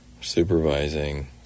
supervising